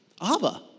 Abba